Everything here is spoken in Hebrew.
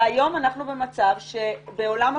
היום אנחנו בעולם הפוך.